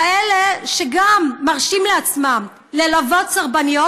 כאלה שגם מרשים לעצמם ללוות סרבניות,